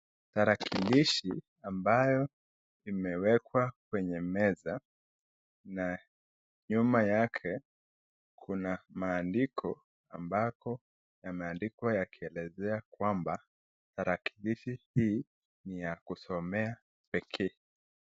Tarakilishi ambayo imewekwa kwenye meza na nyuma yake, kuna maandiko ambako yameandikwa yakielezea kwamba tarakilishi hii ni ya kusomea pekee.